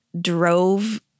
drove